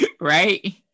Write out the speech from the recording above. right